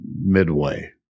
midway